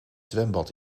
zwembad